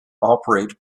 operate